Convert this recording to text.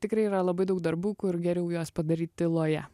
tikrai yra labai daug darbų kur geriau juos padaryt tyloje